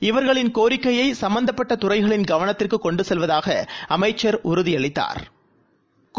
இவர்களின் கோரிக்கையை சும்பந்தப்பட்ட துறைகளின் கவனத்திற்கு கொண்டு செல்வதாக அமைச்சா் உறுதி அளித்தாா்